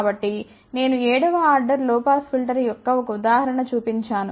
కాబట్టి నేను 7 వ ఆర్డర్ లొ పాస్ ఫిల్టర్ యొక్క ఒక ఉదాహరణ చూపించాను